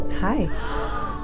Hi